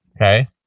Okay